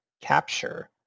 capture